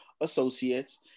associates